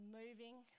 moving